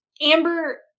Amber